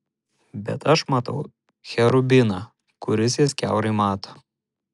bet aš matau cherubiną kuris jas kiaurai mato